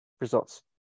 results